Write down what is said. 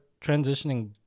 transitioning